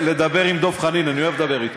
ולדבר עם דב חנין, אני אוהב לדבר אתו.